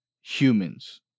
humans